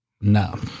No